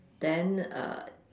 then err